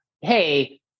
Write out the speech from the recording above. Hey